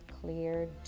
cleared